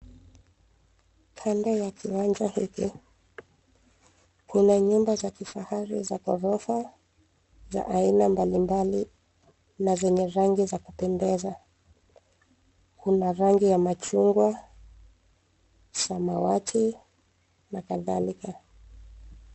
Kando ya kiwanja hiki, kuna nyumba za kifahari za ghorofa za aina mbali mbali na zenye rangi za kupendeza. Kuna rangi ya machungwa, samawati na kadhalika.